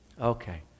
Okay